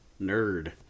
Nerd